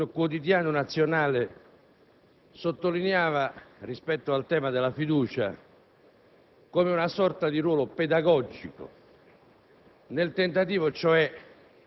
come oggi un quotidiano nazionale sottolineava rispetto al tema della fiducia, è una sorta di ruolo pedagogico.